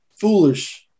foolish